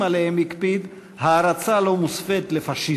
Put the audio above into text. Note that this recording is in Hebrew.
שעליהם הקפיד הערצה לא מוסווית לפאשיזם.